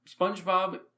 SpongeBob